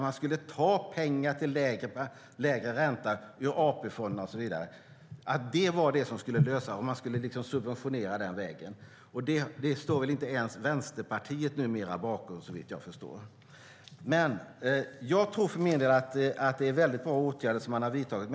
Man skulle ta pengar ur AP-fonderna till lägre ränta. Det skulle lösa det hela, och man skulle subventionera den vägen. Det står väl inte ens Vänsterpartiet bakom numera, såvitt jag förstår. Jag tror för min del att det är väldigt bra åtgärder som man har vidtagit.